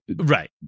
Right